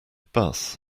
bus